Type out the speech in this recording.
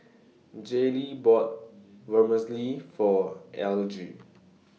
Jaylee bought Vermicelli For Elige